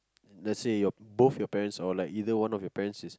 let's say your both your parents or like either one of your parents is